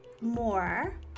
more